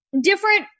different